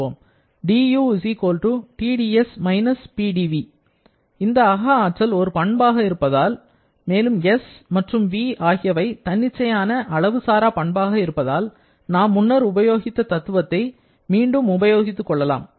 du Tds - Pdv இந்த அகஆற்றல் ஒரு பண்பாக இருப்பதால் மேலும் s மற்றும் v ஆகியவை தன்னிச்சையான அளவு சாரா பண்பாக இருப்பதால் நாம் முன்னர் உபயோகித்த தத்துவத்தை மீண்டும் உபயோகித்துக்கொள்ளலாம்